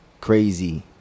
crazy